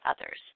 others